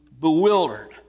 bewildered